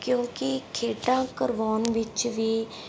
ਕਿਉਂਕਿ ਖੇਡਾਂ ਕਰਵਾਉਣ ਵਿੱਚ ਵੀ